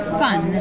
fun